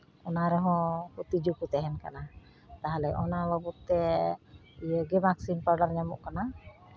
ᱚᱱᱟ ᱨᱮᱦᱚᱸ ᱛᱤᱸᱡᱩ ᱠᱚ ᱛᱟᱦᱮᱱ ᱠᱟᱱᱟ ᱛᱟᱦᱞᱮ ᱚᱱᱟ ᱵᱟᱵᱚᱫ ᱛᱮ ᱤᱭᱟᱹ ᱜᱮ ᱵᱟᱝ ᱯᱟᱣᱰᱟᱨ ᱧᱟᱢᱚᱜ ᱠᱟᱱᱟ